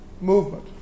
movement